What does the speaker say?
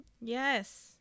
yes